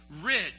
rich